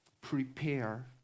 prepare